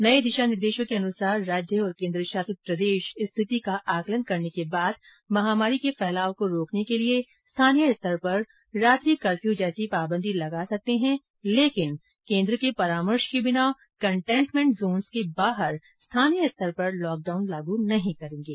नये दिशा निर्देशों के अनुसार राज्य और केन्द्रशासित प्रदेश स्थिति का आंकलन करने के बाद महामारी के फैलाव को रोकने के लिए स्थानीय स्तर पर रात्री कर्फ्यू जैसी पाबंदी लगा सकते है लेकिन केन्द्र के परामर्श के बिना कंटेनमेंट जोन्स के बाहर स्थानीय स्तर पर लॉकडॉउन नहीं करेंगे